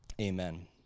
Amen